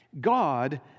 God